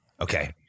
Okay